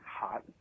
hot